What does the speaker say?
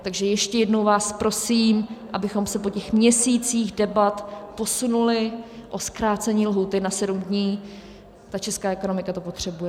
Takže ještě jednou vás prosím, abychom se po těch měsících debat posunuli o zkrácení lhůty na sedm dní, česká ekonomika to potřebuje.